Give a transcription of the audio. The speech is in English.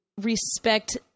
respect